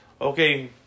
Okay